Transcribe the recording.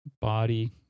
body